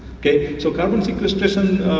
so carbon sequestration,